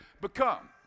become